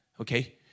Okay